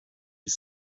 his